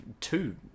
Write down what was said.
two